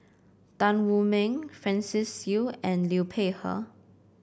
Tan Wu Meng Francis Seow and Liu Peihe